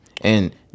And-